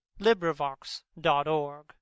LibriVox.org